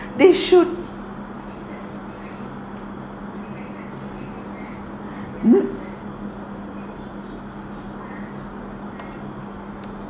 they should mm